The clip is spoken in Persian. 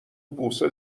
بوسه